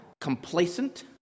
complacent